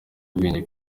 ubwenge